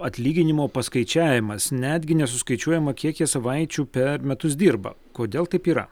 atlyginimo paskaičiavimas netgi nesuskaičiuojama kiek jie savaičių per metus dirba kodėl taip yra